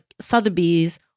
Sotheby's